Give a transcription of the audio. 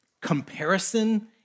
Comparison